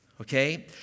Okay